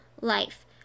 life